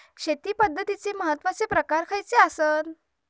शेती पद्धतीचे महत्वाचे प्रकार खयचे आसत?